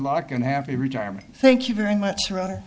luck and happy retirement thank you very much rather